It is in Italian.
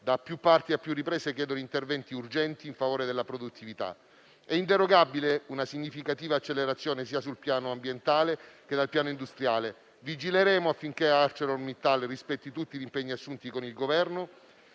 da più parti e a più riprese, chiedono interventi urgenti in favore della produttività. È inderogabile una significativa accelerazione, sia sul piano ambientale, sia sul piano industriale. Vigileremo affinché ArcelorMittal rispetti tutti gli impegni assunti con il Governo: